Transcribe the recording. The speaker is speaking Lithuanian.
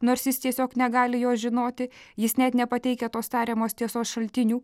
nors jis tiesiog negali jos žinoti jis net nepateikia tos tariamos tiesos šaltinių